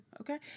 Okay